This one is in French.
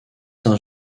saint